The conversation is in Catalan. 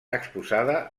exposada